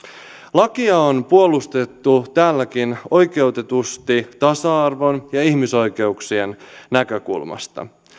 lakia on puolustettu täälläkin oikeutetusti tasa arvon ja ihmisoikeuksien näkökulmasta